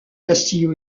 castillo